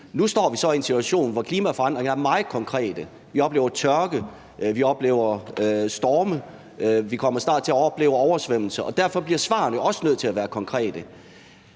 Nu står vi så i en situation, hvor klimaforandringerne er meget konkrete – vi oplever tørke, vi oplever storme, vi kommer snart til at opleve oversvømmelser – og derfor bliver svarene jo også nødt til at være konkrete.